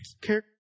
care